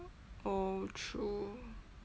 oh true